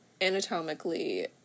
anatomically